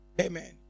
Amen